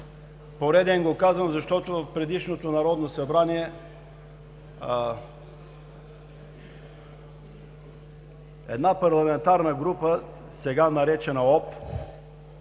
пореден, защото в предишното Народно събрание една парламентарна група – сега наречена ОП,